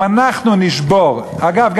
אגב,